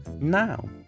now